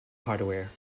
hardware